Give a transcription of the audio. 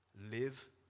Live